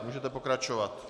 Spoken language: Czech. Můžete pokračovat.